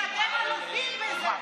כי אתם אלופים בזה.